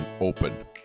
open